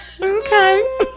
Okay